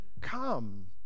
come